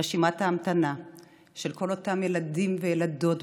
רשימת ההמתנה של אותם ילדים וילדות,